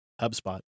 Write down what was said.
HubSpot